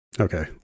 Okay